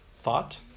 thought